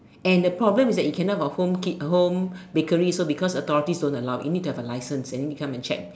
and the problem is that you cannot have a home kit home bakery so because authorities don't allow you need to have a license and they can come and check